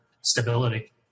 stability